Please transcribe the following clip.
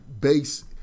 base